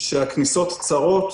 שבהם הכניסות צרות,